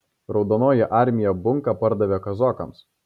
raudonoji armija bunką pardavė kazokams